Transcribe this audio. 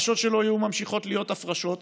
ההפרשות שלו היו ממשיכות להיות הפרשות,